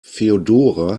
feodora